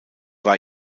war